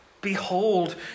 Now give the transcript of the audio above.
Behold